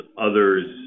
others